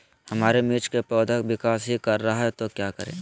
हमारे मिर्च कि पौधा विकास ही कर रहा है तो क्या करे?